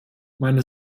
meine